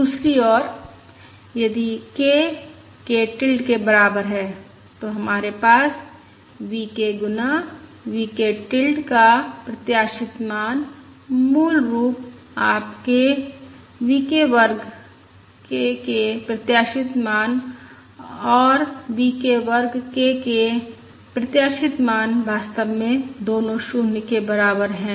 दूसरी ओर यदि k k टिल्ड के बराबर है तो हमारे पास V k गुना V k टिल्ड का प्रत्याशित मान मूल रूप आपके का V वर्ग k के प्रत्याशित मान और V वर्ग k के प्रत्याशित मान वास्तव में दोनों 0 के बराबर हैं